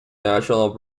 national